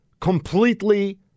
completely